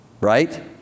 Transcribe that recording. Right